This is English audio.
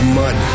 mud